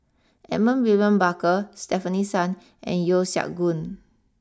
Edmund William Barker Stefanie Sun and Yeo Siak Goon